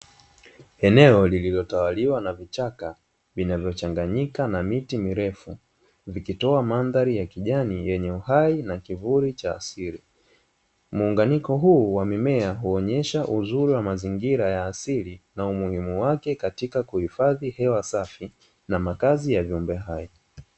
Eneo lililotawaliwa na vichaka vinavyochanganyika na miti mirefu vikitoa mandhari ya kijani yenye uhai na kivuli cha asili. Muunganiko huu wa mimea huonyesha uzuri wa mazingira ya asili na umuhimu wake katika kuhifadhi hewa safi na makazi ya viumbe hai.